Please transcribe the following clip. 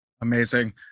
Amazing